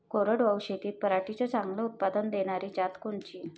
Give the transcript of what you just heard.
कोरडवाहू शेतीत पराटीचं चांगलं उत्पादन देनारी जात कोनची?